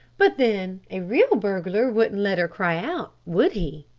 but then a real burglar wouldn't let her cry out, would he?